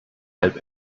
halb